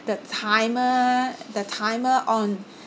the timer the timer on